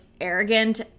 arrogant